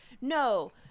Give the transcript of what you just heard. no